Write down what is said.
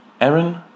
Aaron